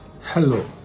Hello